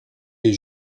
est